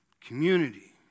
community